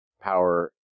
power